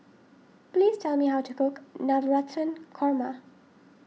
please tell me how to cook Navratan Korma